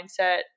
mindset